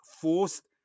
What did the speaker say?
forced